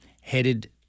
headed